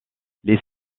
les